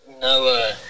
No